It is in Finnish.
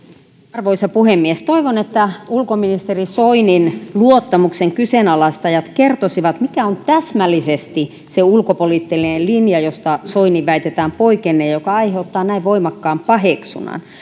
arvoisa puhemies toivon että ulkoministeri soinin luottamuksen kyseenalaistajat kertoisivat mikä on täsmällisesti se ulkopoliittinen linja josta soinin väitetään poikenneen ja joka aiheuttaa näin voimakkaan paheksunnan